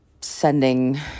sending